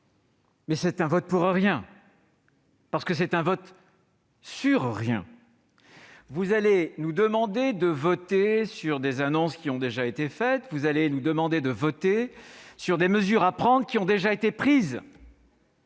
mais ce sera un vote pour rien, parce que c'est un vote sur rien. Vous allez nous demander de voter sur des annonces qui ont déjà été faites ; vous allez nous demander de voter sur des mesures à prendre qui ont déjà été prises